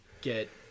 get